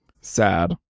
Sad